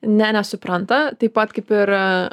ne nesupranta taip pat kaip ir